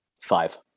Five